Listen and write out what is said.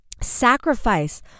sacrifice